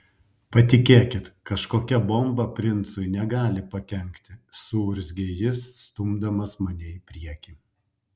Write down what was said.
patikėkit kažkokia bomba princui negali pakenkti suurzgė jis stumdamas mane į priekį